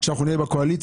כשאנחנו נהיה בקואליציה.